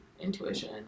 intuition